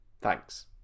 Thanks